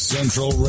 Central